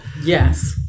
Yes